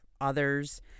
others